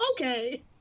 okay